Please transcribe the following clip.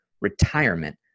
retirement